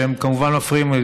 שהם כמובן מפריעים.